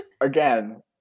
Again